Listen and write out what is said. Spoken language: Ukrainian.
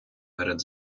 перед